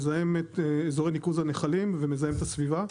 מזהם את אזורי ניקוז הנחלים ואת הסביבה.